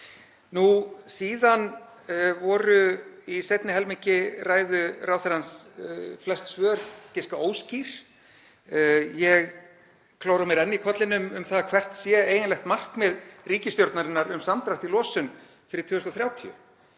til staðar. Í seinni helmingi ræðu ráðherrans voru flest svör giska óskýr. Ég klóra mér enn í kollinum varðandi það hvert sé eiginlegt markmið ríkisstjórnarinnar um samdrátt í losun fyrir 2030.